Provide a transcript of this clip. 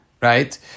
Right